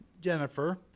Jennifer